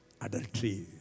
adultery